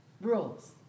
Rules